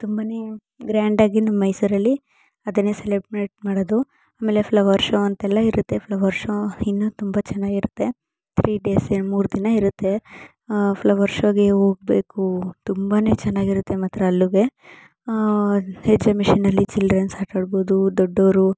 ತುಂಬನೇ ಗ್ರ್ಯಾಂಡಾಗಿ ನಮ್ಮ ಮೈಸೂರಲ್ಲಿ ಅದನ್ನೇ ಸೆಲೆಬ್ರೇಟ್ ಮಾಡೋದು ಆಮೇಲೆ ಫ್ಲವರ್ ಶೋ ಅಂತೆಲ್ಲ ಇರುತ್ತೆ ಫ್ಲವರ್ ಶೋ ಇನ್ನು ತುಂಬ ಚೆನ್ನಾಗಿರುತ್ತೆ ತ್ರೀ ಡೇಸ್ ಮೂರು ದಿನ ಇರುತ್ತೆ ಫ್ಲವರ್ ಶೋಗೆ ಹೋಗ್ಬೇಕು ತುಂಬನೇ ಚೆನ್ನಾಗಿರುತ್ತೆ ಮಾತ್ರ ಅಲ್ಲಿಗೆ ಎಕ್ಸಮಿಷನಲ್ಲಿ ಚಿಲ್ಡ್ರೆನ್ಸ್ ಆಟಾಡ್ಬೋದು ದೊಡ್ಡೋರು